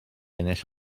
ennill